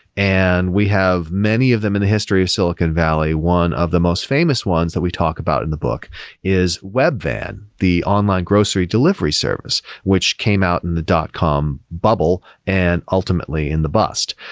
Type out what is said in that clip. and we have many of them in the history of silicon valley. one of the most famous ones that we talk about in the book is webvan, the online grocery delivery service, which came out in the dot com bubble and ultimately in the bust.